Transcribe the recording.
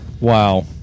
Wow